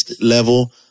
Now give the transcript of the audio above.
level